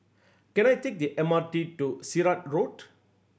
can I take the M R T to Sirat Road